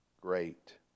great